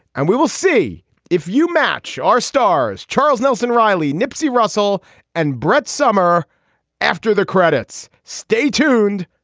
and we will see if you match our stars, charles nelson, riley, nipsey russell and brett sommer after their credits. stay tuned.